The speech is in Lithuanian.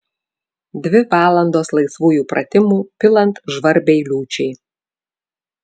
dvi valandos laisvųjų pratimų pilant žvarbiai liūčiai